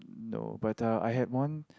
no but uh I had one